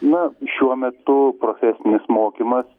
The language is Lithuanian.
na šiuo metu profesinis mokymas